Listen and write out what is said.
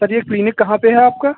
sir ये clinic कहाँ पर है आपका